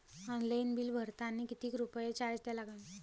Online bill भरतानी कितीक रुपये चार्ज द्या लागन?